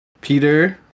Peter